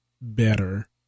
better